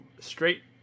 straight